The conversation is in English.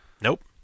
Nope